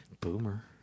Boomer